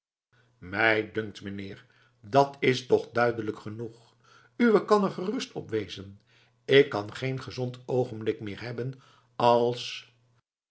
mij dunkt meneer dat's toch duidelijk genoeg uwé kan er gerust op wezen ik zal geen gezond oogenblik meer hebben als